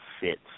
fits